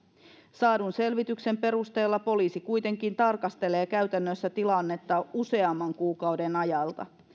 saadun selvityksen perusteella poliisi kuitenkin tarkastelee käytännössä tilannetta useamman kuukauden ajalta